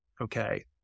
Okay